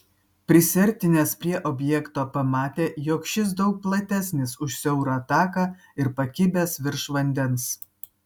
prisiartinęs prie objekto pamatė jog šis daug platesnis už siaurą taką ir pakibęs virš vandens